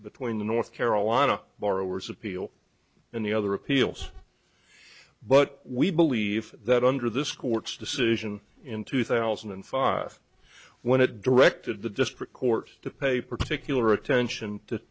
between the north carolina borrowers appeal and the other appeals but we believe that under this court's decision in two thousand and five when it directed the district court to pay particular attention to